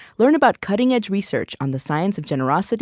learn about cutting-edge research on the science of generosity,